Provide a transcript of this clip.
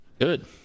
Good